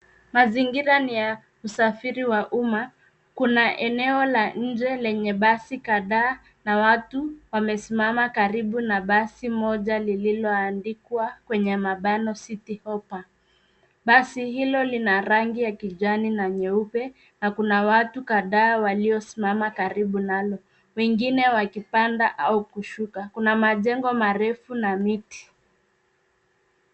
Mazingira ni ya usafiri wa umma, kuna eneo la nje lenye basi kadhaa na watu wamesimama karibu na basi moja lililoandikuwa kwenye mabano (cs)Citi Hoppa(cs). Basi hilo lina rangi ya kijani na nyeupe na kuna watu kadhaa wamesimama karibu nalo, wengine wakipanda au kushuka. Kuna majengo marefu na miti.